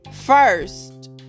first